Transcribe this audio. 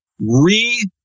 re